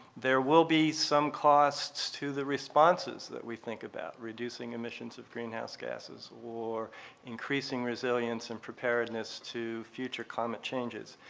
there will be some costs to the responses that we think about. reducing emissions of greenhouse gases or increasing resilience and preparedness to future climate changes.